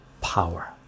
power